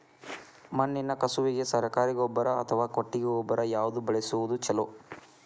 ಮಣ್ಣಿನ ಕಸುವಿಗೆ ಸರಕಾರಿ ಗೊಬ್ಬರ ಅಥವಾ ಕೊಟ್ಟಿಗೆ ಗೊಬ್ಬರ ಯಾವ್ದು ಬಳಸುವುದು ಛಲೋ?